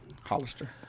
Hollister